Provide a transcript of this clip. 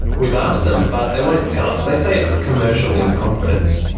we've asked them, but they won't tell us. they say it's commercial in confidence.